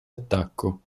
attacco